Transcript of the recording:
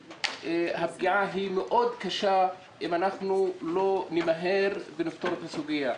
הפגיעה תהיה קשה מאוד אם אנחנו לא נמהר ונפתור את הסוגיה.